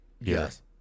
Yes